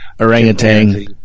Orangutan